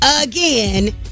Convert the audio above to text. again